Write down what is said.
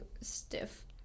stiff